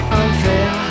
unfair